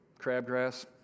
Crabgrass